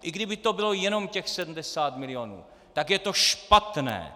I kdyby to bylo jenom těch sedmdesát milionů, tak je to špatné.